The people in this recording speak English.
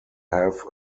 have